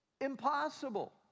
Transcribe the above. impossible